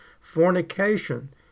fornication